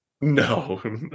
no